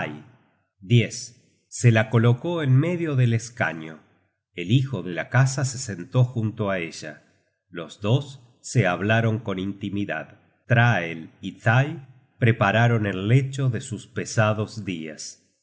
thy se la colocó en medio del escaño el hijo esclavo esclava content from google book search generated at de la casa se sentó junto á ella los dos se hablaron con intimidad trael y thy prepararon el lecho de sus pesados dias